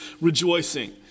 rejoicing